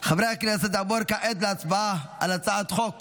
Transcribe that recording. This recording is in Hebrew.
חברי הכנסת, נעבור כעת להצבעה על הצעת חוק